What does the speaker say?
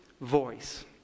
voice